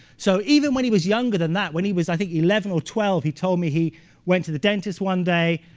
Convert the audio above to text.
so even when he was younger than that, when he i think, eleven or twelve, he told me he went to the dentist one day,